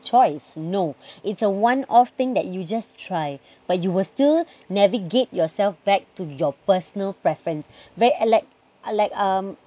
choice no it's a one off thing that you just try but you will still navigate yourself back to your personal preference where like like um